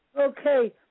Okay